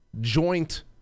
joint